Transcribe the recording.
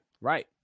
right